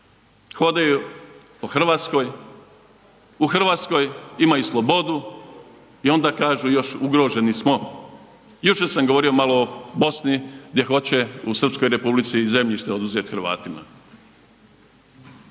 Hodaju po Hrvatskoj, u Hrvatskoj imaju slobodu i onda kažu još ugroženi smo. Jučer sam govorio malo o Bosni gdje hoće u Srpskoj Republici zemljište oduzeti Hrvatima.